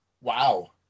Wow